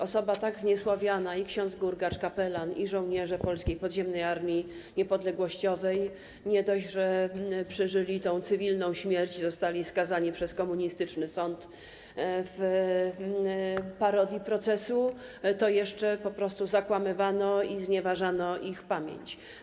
Osoba tak zniesławiana, ks. Gurgacz, kapelan, i żołnierze Polskiej Podziemnej Armii Niepodległościowej nie dość, że przeżyli cywilną śmierć, zostali skazani przez komunistyczny sąd w parodii procesu, to jeszcze po prostu zakłamywano i znieważano ich pamięć.